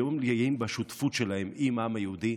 גאים בשותפות שלהם עם העם היהודי.